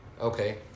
Okay